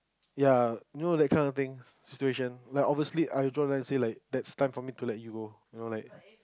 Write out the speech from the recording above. ya you know like that can of things situation like obviously I'll draw line say like it's time for me to let you go you know like